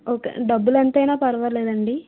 okay డబ్బులు ఎంతైనా పర్వాలేదండి